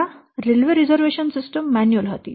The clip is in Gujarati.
પહેલા રેલ્વે રિઝર્વેશન સિસ્ટમ મેન્યુઅલ હતી